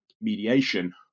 mediation